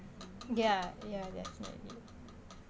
ya ya that's what it is